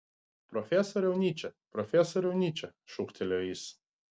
profesoriau nyče profesoriau nyče šūktelėjo jis